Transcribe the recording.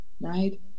right